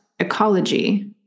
Ecology